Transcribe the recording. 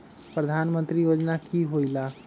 प्रधान मंत्री योजना कि होईला?